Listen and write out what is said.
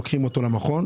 לוקחים אותו למכון,